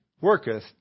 worketh